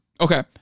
Okay